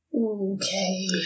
Okay